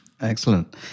Excellent